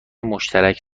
مشترک